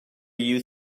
you